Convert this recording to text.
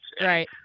Right